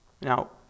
Now